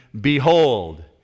behold